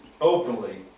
openly